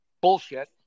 bullshit